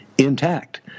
intact